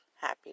happy